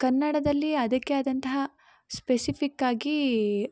ಕನ್ನಡದಲ್ಲಿ ಅದಕ್ಕೇ ಆದಂತಹ ಸ್ಪೆಸಿಫಿಕ್ಕಾಗಿ